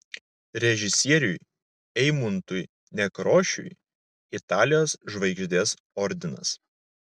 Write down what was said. režisieriui eimuntui nekrošiui italijos žvaigždės ordinas